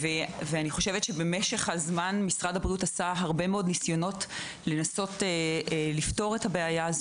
במשך הזמן משרד הבריאות עשה הרבה מאוד ניסיונות לפתור את הבעיה.